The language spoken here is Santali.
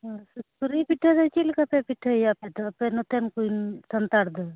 ᱥᱩᱠᱨᱤ ᱯᱤᱴᱷᱟᱹ ᱫᱚ ᱪᱮᱫ ᱞᱮᱠᱟ ᱯᱮ ᱯᱤᱴᱷᱟᱹᱭᱟ ᱟᱯᱮ ᱫᱚ ᱟᱯᱮ ᱱᱚᱛᱮᱱ ᱠᱤᱱ ᱥᱟᱱᱛᱟᱲ ᱫᱚ